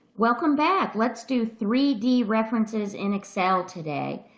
welcome back! let's do three d references in excel today.